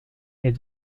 est